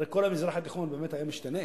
הרי כל המזרח התיכון באמת ישתנה,